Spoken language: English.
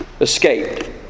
escaped